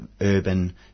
urban